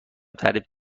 تعریف